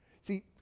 see